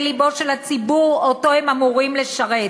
לבו של הציבור שאותו הם אמורים לשרת,